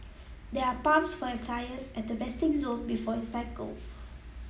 there are pumps for your tyres at the resting zone before you cycle